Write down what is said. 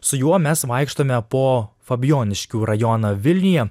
su juo mes vaikštome po fabijoniškių rajoną vilniuje